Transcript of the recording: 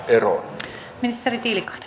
eroon